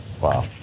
Wow